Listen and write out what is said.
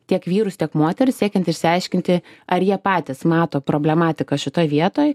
tiek vyrus tiek moteris siekiant išsiaiškinti ar jie patys mato problematiką šitoj vietoj